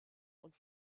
und